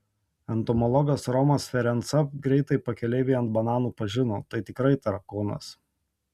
entomologas romas ferenca greitai pakeleivį ant bananų pažino tai tikrai tarakonas